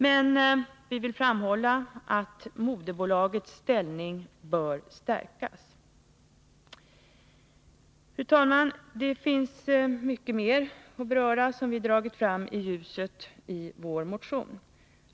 Men vi vill framhålla att moderbolagets ställning bör stärkas. Fru talman! Det finns mycket mer att beröra som vi har dragit fram i ljuset i vår motion.